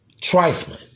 trifling